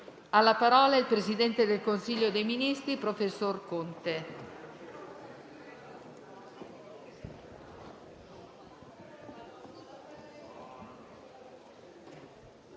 di parlare il Presidente del Consiglio dei ministri, professor Conte.